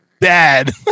dad